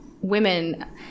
women